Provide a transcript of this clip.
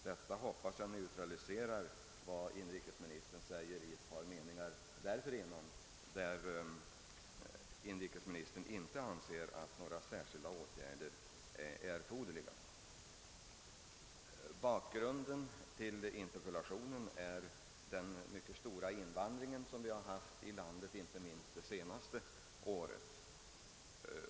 Detta hoppas jag neutraliserar vad inrikesministern säger ett par meningar tidigare, nämligen: »Mot bakgrund av den fortgående förbättring och utvidgning som nu sker anser jag inte några provisoriska åtgärder eller en särskild försöksverksamhet för närvarande erforderliga.» Anledningen till min interpellation är den mycket stora invandring vi haft här i landet inte minst under det senaste året.